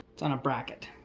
it's on a bracket.